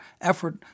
effort